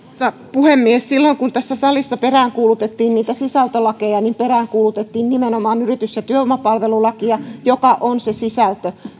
puhemies silloin kun tässä salissa peräänkuulutettiin niitä sisältölakeja niin peräänkuulutettiin nimenomaan yritys ja työvoimapalvelulakia joka on se sisältö